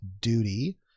duty